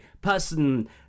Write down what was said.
person